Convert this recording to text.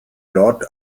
lord